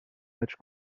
matchs